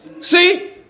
See